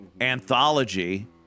anthology